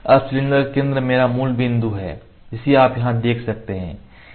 अब सिलेंडर का केंद्र मेरा मूल बिंदु है जिसे आप यहां देख सकते हैं